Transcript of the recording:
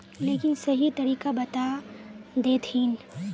लेकिन सही तरीका बता देतहिन?